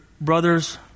brothers